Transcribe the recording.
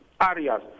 areas